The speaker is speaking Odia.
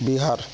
ବିହାର